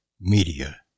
Media